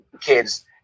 kids